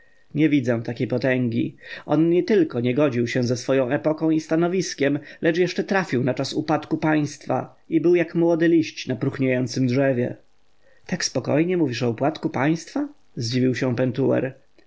nie widzę takiej potęgi on nietylko nie godził się ze swoją epoką i stanowiskiem lecz jeszcze trafił na czas upadku państwa i był jak młody liść na próchniejącem drzewie tak spokojnie mówisz o upadku państwa zdziwił się pentuer